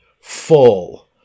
full